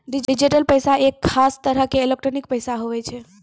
digital पैसा एक खास तरह रो एलोकटानिक पैसा हुवै छै